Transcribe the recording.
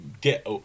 get